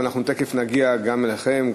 אבל תכף נגיע גם אליכם,